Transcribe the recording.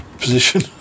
position